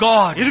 God